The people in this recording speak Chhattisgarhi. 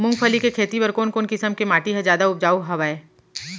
मूंगफली के खेती बर कोन कोन किसम के माटी ह जादा उपजाऊ हवये?